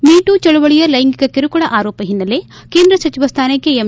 ಮಿ too ಚಳವಳಿಯ ಲೈಂಗಿಕ ಕಿರುಕುಳ ಆರೋಪ ಹಿನ್ನೆಲೆ ಕೇಂದ್ರ ಸಚಿವ ಸ್ಥಾನಕ್ಕೆ ಎಂ